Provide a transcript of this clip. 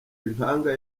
impanga